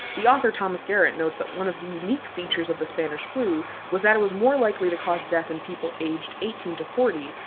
the author thomas garrett notes that one of the unique features of the spanish flu was that it was more likely to cause death in people aged eighteen to forty,